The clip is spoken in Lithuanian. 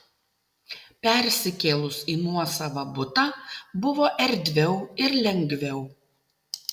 persikėlus į nuosavą butą buvo erdviau ir lengviau